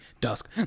Dusk